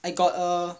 I got a